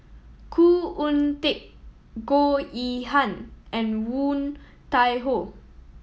Khoo Oon Teik Goh Yihan and Woon Tai Ho